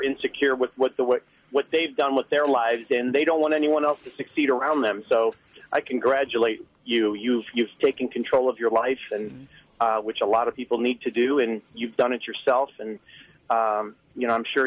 insecure with what the what what they've done with their lives then they don't want anyone else to succeed around them so i congratulate you you you've taken control of your life which a lot of people need to do when you've done it yourself and you know i'm sure